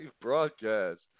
broadcast